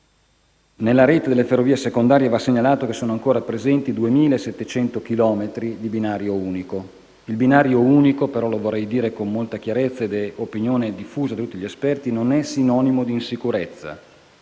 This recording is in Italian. nella rete delle ferrovie secondarie sono ancora presenti 2.700 chilometri di linea a binario unico. Il binario unico però - lo vorrei dire con molta chiarezza ed è opinione diffusa tra tutti gli esperti - non è sinonimo di insicurezza.